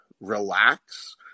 relax